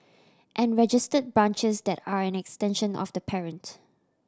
and registered branches that are an extension of the parent